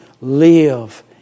live